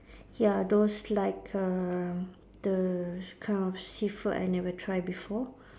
ya those like err the kind of seafood I never try before